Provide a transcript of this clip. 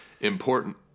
important